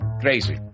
crazy